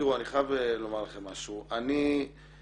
אני חייב לומר לכם משהו אני חושב